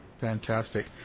Fantastic